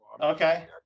okay